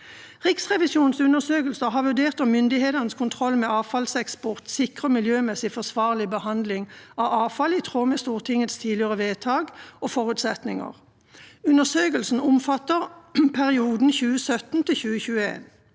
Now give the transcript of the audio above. Riksrevisjonens undersøkelse har vurdert om myndighetenes kontroll med avfallseksport sikrer miljømessig forsvarlig behandling av avfall i tråd med Stortingets tidligere vedtak og forutsetninger. Undersøkelsen